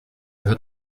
hört